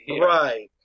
Right